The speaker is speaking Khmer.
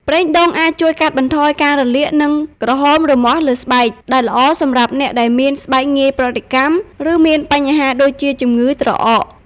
ប្រេងដូងអាចជួយ កាត់បន្ថយការរលាក និង ក្រហមរមាស់លើស្បែក ដែលល្អសម្រាប់អ្នកដែលមានស្បែកងាយប្រតិកម្ម ឬមានបញ្ហាដូចជា ជម្ងឺត្រអក។